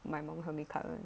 my mum help me cut one